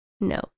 No